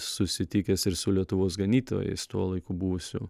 susitikęs ir su lietuvos ganytojais tuo laiku buvusiu